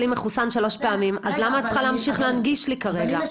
מחוסן שלוש פעמים אז למה את צריכה להמשיך להנגיש לי כרגע?